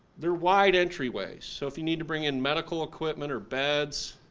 there are wide entryways so if you need to bring in medical equipment, or beds,